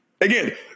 Again